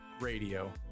Radio